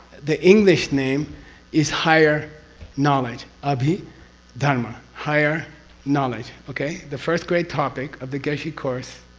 the english name is higher knowledge, abhi dharma, higher knowledge. okay? the first great topic of the geshe course,